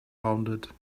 rounded